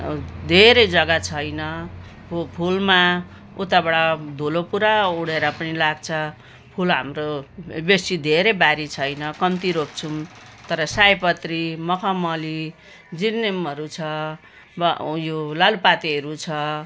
धेरै जग्गा छैन फुलमा उताबाट धुलो पुरा उडेर पनि लाग्छ फुल हाम्रो बेसी धेरै बारी छैन कम्ती रोप्छौँ तर सयपत्री मखमली जिरेनियमहरू छ अब उयो लालुपातेहरू छ